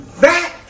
back